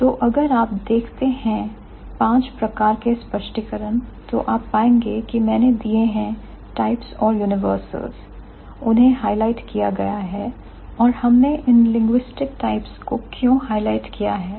तो अगर आप देखते हैं पांच प्रकार के स्पष्टीकरण तो आप पाएंगे कि मैंने दिए हैं types और universals उन्हें हाइलाइट् किया गया है और हमने इन linguistic types लिंग्विस्टिक टाइप्स को क्यों हाईलाइट किया है